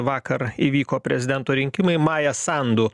vakar įvyko prezidento rinkimai maja sandu